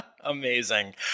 Amazing